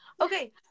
okay